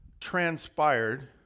transpired